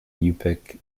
yupik